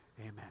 Amen